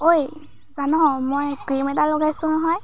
ঐ জান মই ক্ৰীম এটা লগাইছোঁ নহয়